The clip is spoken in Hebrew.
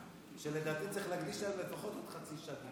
שלדעתי צריך להקדיש להן לפחות עוד חצי שעה,